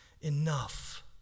enough